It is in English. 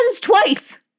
twice